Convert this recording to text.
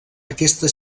aquesta